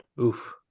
oof